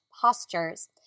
postures